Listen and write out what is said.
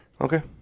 Okay